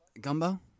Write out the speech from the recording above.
Gumbo